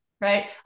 Right